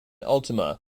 ultima